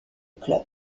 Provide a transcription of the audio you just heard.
club